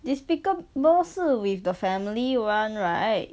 despicable 是 with the family [one] right